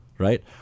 Right